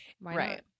right